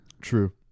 True